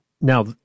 Now